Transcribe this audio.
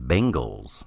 Bengals